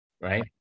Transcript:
right